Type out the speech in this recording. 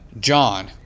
john